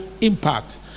impact